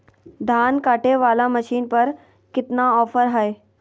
धान कटे बाला मसीन पर कितना ऑफर हाय?